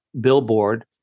billboard